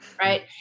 right